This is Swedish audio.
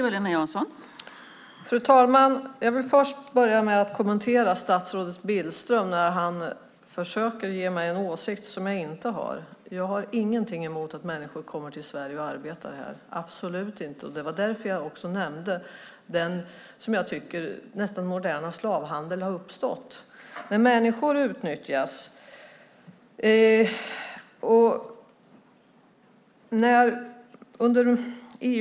Fru talman! Jag vill börja med att kommentera statsrådet Billström när han försöker ge mig en åsikt som jag inte har. Jag har ingenting emot att människor kommer till Sverige och arbetar här - absolut inte. Det var därför jag också nämnde den, som jag tycker, nästan moderna slavhandel som har uppstått när människor utnyttjas.